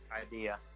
idea